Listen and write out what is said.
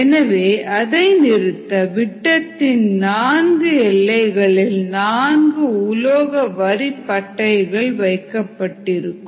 எனவே அதை நிறுத்த விட்டத்தின் நான்கு எல்லைகளில் நான்கு உலோக வரி பட்டைகள் வைக்கப்பட்டிருக்கும்